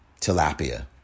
tilapia